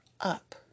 up